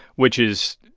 which is,